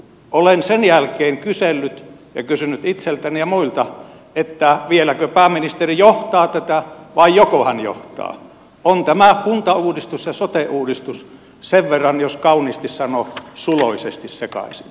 olen sen jälkeen kysellyt ja kysynyt itseltäni ja muilta että vieläkö pääministeri johtaa tätä vai joko hän johtaa ovat tämä kuntauudistus ja sote uudistus sen verran jos kauniisti sanoo suloisesti sekaisin